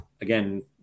again